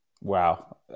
Wow